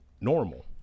normal